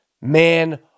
man